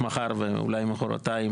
מחר ואולי מחרתיים,